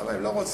למה הם לא רוצים?